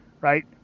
right